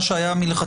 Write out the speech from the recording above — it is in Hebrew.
לא.